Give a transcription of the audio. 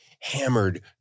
hammered